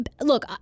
look